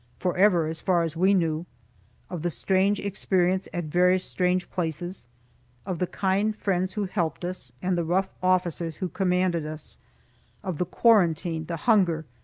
forever, as far as we knew of the strange experience at various strange places of the kind friends who helped us, and the rough officers who commanded us of the quarantine, the hunger,